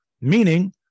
Meaning